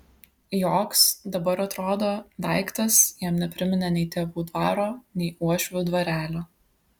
joks dabar atrodo daiktas jam nepriminė nei tėvų dvaro nei uošvių dvarelio